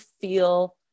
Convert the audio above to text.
feel